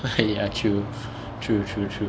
ya true true true true